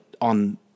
on